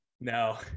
no